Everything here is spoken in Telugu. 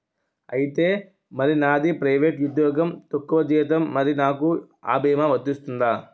ఐతే మరి నాది ప్రైవేట్ ఉద్యోగం తక్కువ జీతం మరి నాకు అ భీమా వర్తిస్తుందా?